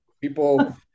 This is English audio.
people